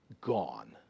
Gone